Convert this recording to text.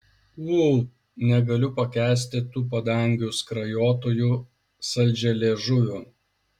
ū negaliu pakęsti tų padangių skrajotojų saldžialiežuvių